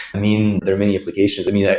i mean, there are many applications. i mean,